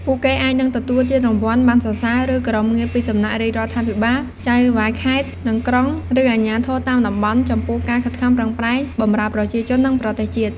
ពួកគេអាចនឹងទទួលជារង្វាន់ ប័ណ្ណសរសើរ ឬ គោរមងារពីសំណាក់រាជរដ្ឋាភិបាល ចៅហ្វាយខេត្ត និងក្រុង ឬ អាជ្ញាធរតាមតំបន់ ចំពោះការខិតខំប្រឹងប្រែងបម្រើប្រជាជន និង ប្រទេសជាតិ។